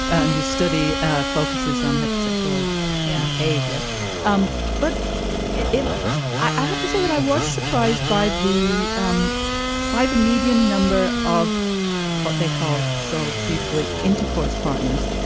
and the study focuses on heterosexual yeah savior um but if i have to say that i was surprised by the um by the median median number of what they called so beautifully intercourse partners,